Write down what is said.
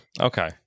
Okay